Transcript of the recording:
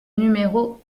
numéro